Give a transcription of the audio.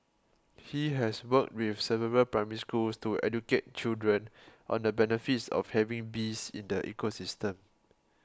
he has worked with several Primary Schools to educate children on the benefits of having bees in the ecosystem